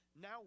Now